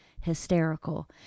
hysterical